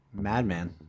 madman